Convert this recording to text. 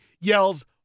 yells